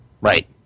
Right